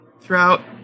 throughout